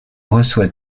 reçoit